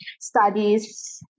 studies